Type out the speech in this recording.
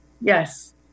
yes